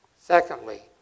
secondly